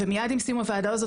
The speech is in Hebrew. ומיד עם סיום הוועדה הזאת,